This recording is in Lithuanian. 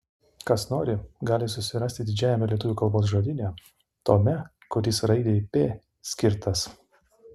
kas nori gali susirasti didžiajame lietuvių kalbos žodyne tome kuris raidei p skirtas